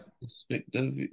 perspective